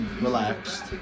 relaxed